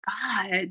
god